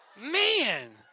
Man